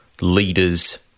leaders